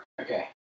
Okay